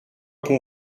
qu’on